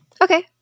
Okay